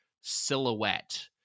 silhouette